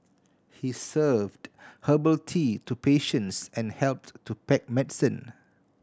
he served herbal tea to patients and helped to pack medicine